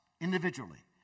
individually